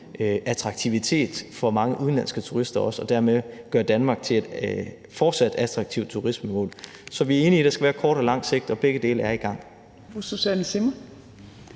rejseattraktivitet for mange udenlandske turister, og som dermed vil gøre Danmark til et fortsat attraktivt turistmål. Så vi er enige i, at der skal være noget på kort og lang sigt, og begge dele er i gang.